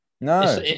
No